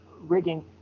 rigging